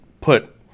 put